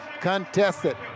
contested